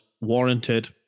warranted